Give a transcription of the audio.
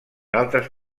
altres